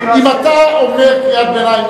אם אתה אומר קריאת ביניים,